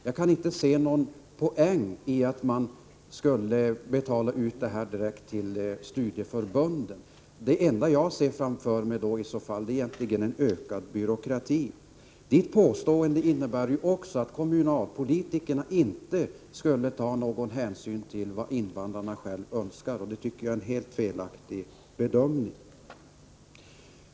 Jag kan inte se någon poäng med att man skulle betala ut dem direkt till studieförbunden. Det jag i så fall ser framför mig är en ökad byråkrati. Per Unckels påstående innebär ju också att kommunalpolitikerna inte skulle ta någon hänsyn till vad invandrarna själva önskar, och det tycker jag är en helt felaktig bedömning.